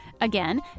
Again